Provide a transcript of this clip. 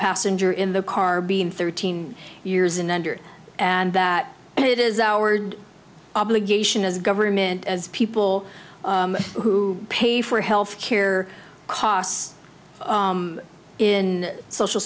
passenger in the car being thirteen years and under and that it is our obligation as a government as people who pay for health care costs in social